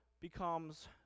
becomes